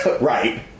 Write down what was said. Right